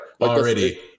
Already